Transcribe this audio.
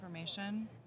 information